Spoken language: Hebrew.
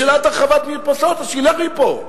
בשאלת הרחבת מרפסות, אז שילך מפה.